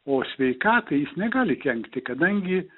o sveikatai jis negali kenkti kadangi